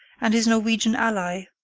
and his norwegian ally,